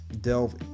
delve